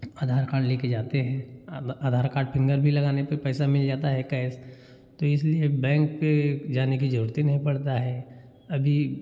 आधार card लेके जाते हैं अब आधार कार्ड फिंगर भी लगाने पे पैसा मिल जाता है कएस तो इसलिए बैंक पे जाने की ज़रूरत ही नहीं पड़ता है अभी